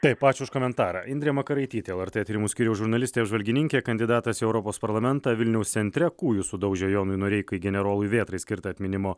taip ačiū už komentarą indrė makaraitytė lrt tyrimų skyriaus žurnalistė apžvalgininkė kandidatas į europos parlamentą vilniaus centre kūju sudaužė jonui noreikai generolui vėtrai skirtą atminimo